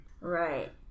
Right